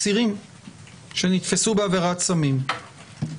אסירים שנתפסו בעבירת סמים,